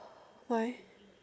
why